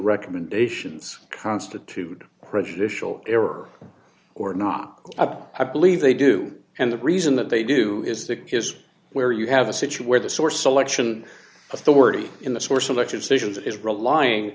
recommendations constitute prejudicial error or not i believe they do and the reason that they do is that is where you have a situ where the source selection authority in the source of legislation that is relying